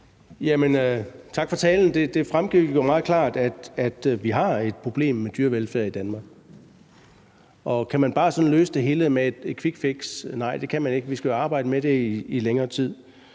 Tak for talen. Det fremgik jo meget klart, at vi har et problem med dyrevelfærd i Danmark, og kan man bare sådan løse det hele med et quickfix? Nej, det kan man ikke. Vi skal jo arbejde med det i længere tid.